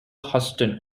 houston